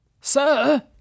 Sir